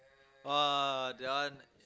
ah that one